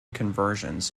conversions